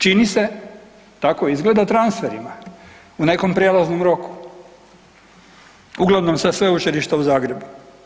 Čini se, tako izgleda, transferima u nekom prijelaznom roku uglavnom sa Sveučilišta u Zagrebu.